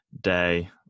day